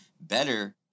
better